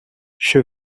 she